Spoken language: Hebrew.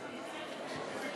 היא לא תשיב.